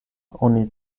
oni